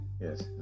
yes